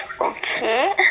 okay